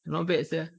not bad sia